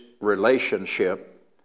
relationship